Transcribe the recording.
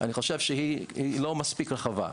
אני חושב שהיא לא מספיק רחבה.